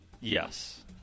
Yes